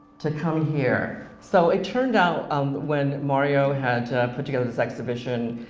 to come here, so it turned out um when mario had put together this exhibition,